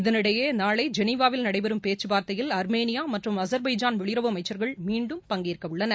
இதனிடையே நாளை ஜெனிவாவில் நடைபெறும் பேச்சு வார்த்தையில் ஆர்மேனியா மற்றும் அஜர்பைஜான் வெளியுறவு அமைச்சர்கள் மீண்டும் பங்கேற்க உள்ளனர்